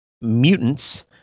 mutants